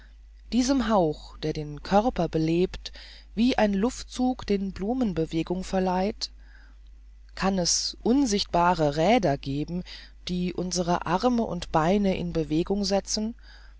diesem hauch der den körper belebt wie ein luftzug den blumen bewegung verleiht kann es unsichtbare räder geben die unsere arme und beine in bewegung setzen